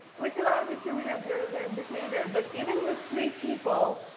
which allows you to really observe their behavior. but, even with three people,